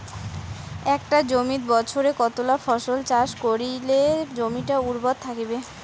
একটা জমিত বছরে কতলা ফসল চাষ করিলে জমিটা উর্বর থাকিবে?